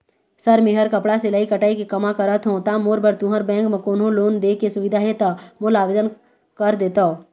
Sir मेहर कपड़ा सिलाई कटाई के कमा करत हों ता मोर बर तुंहर बैंक म कोन्हों लोन दे के सुविधा हे ता मोर ला आवेदन कर देतव?